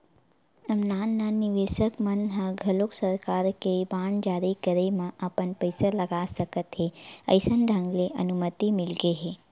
अब नान नान निवेसक मन ह घलोक सरकार के बांड जारी करे म अपन पइसा लगा सकत हे अइसन ढंग ले अनुमति मिलगे हे